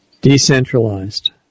Decentralized